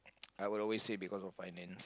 I would always say because of finance